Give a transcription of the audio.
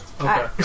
Okay